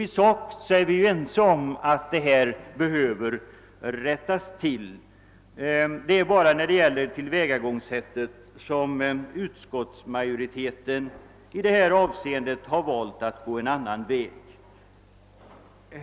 I sak är vi ense om att förhållandet behöver rättas till. Det är bara när det gäller tillvägagångssättet som utskottsmajoriteten har valt att gå en annan väg.